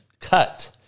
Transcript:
cut